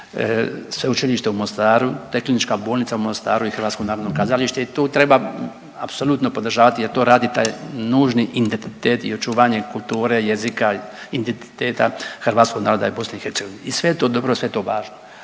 Sveučilište u Mostaru, to je KB u Mostaru i HNK i tu treba apsolutno podržavati jer to radi taj nužni identitet i očuvanje kulture, jezika, identiteta hrvatskog naroda i BiH i sve je to dobro i sve je to važno.